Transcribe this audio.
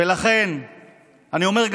ולכן אני אומר,